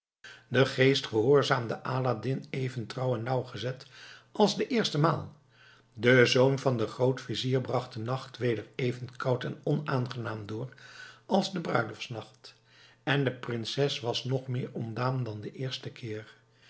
de geest gehoorzaamde aladdin even trouw en nauwgezet als de eerste maal de zoon van den grootvizier bracht den nacht weer even koud en onaangenaam door als de bruiloftsnacht en de prinses was nog meer ontdaan dan den eersten keer